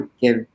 give